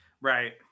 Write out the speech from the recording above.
right